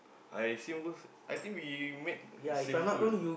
I same goes I think we met same school